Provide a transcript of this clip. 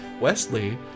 Wesley